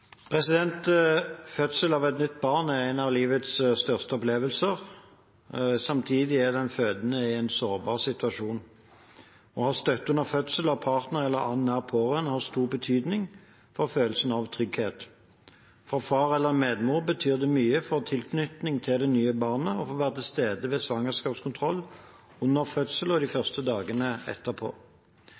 Fødsel av et nytt barn er en av livets største opplevelser. Samtidig er den fødende i en sårbar situasjon. Å ha støtte under fødsel av partner eller annen nær pårørende har stor betydning for følelsen av trygghet. For far eller medmor betyr det mye for tilknytning til det nye barnet å få være til stede ved svangerskapskontroll, under fødsel og de første dagene etterpå.